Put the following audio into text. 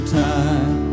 time